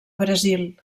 brasil